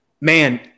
Man